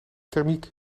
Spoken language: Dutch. thermiek